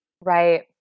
Right